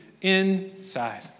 inside